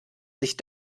sich